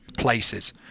places